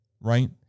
right